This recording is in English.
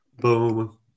Boom